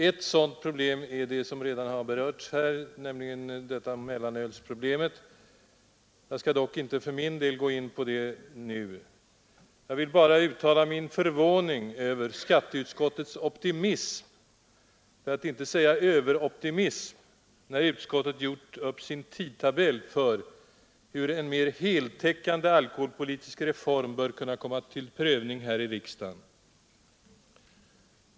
Ett sådant problem är det som redan har berörts här, alltså mellanölsproblemet. Jag skall dock inte gå in närmare på det nu. Jag vill bara vid detta tillfälle uttala min förvåning över skatteutskottets optimism — för att inte säga överoptimism — när utskottet har gjort upp sin tidtabell för hur en mer heltäckande alkoholpolitisk reform bör kunna komma till prövning här i riksdagen.